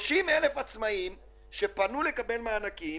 30,000 עצמאיים שפנו לקבל מענקים